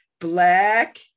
Black